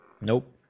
Nope